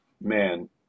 man